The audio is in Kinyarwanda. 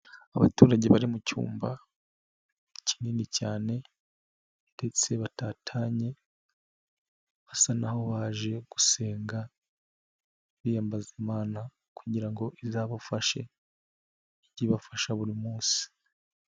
Abaturage bari mu cyumba kinini cyane ndetse batatanye basa n'aho baje gusenga biyambaza Imana kugira ngo izabafashe ijye ibafasha buri munsi.